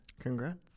Congrats